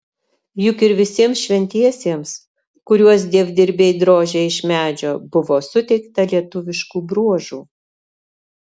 juk ir visiems šventiesiems kuriuos dievdirbiai drožė iš medžio buvo suteikta lietuviškų bruožų